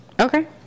Okay